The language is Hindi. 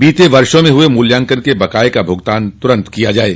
बीते वर्षो में हुए मूल्यांकन के बकाये का भुगतान तुरन्त किया जाये